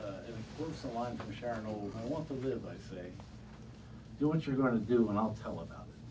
all want to live i say do what you're going to do and i'll tell about it